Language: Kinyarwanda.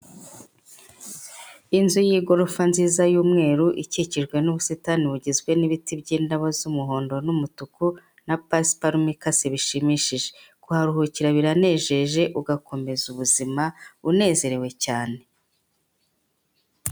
Inzu y'igorofa nziza y'umweru, ikikijwe n'ubusitani bugizwe n'ibiti by'indabo z'umuhondo n'umutuku, na pasparume ikase bishimishije, kuharuhukira biranejeje ugakomeza ubuzima, unezerewe cyane.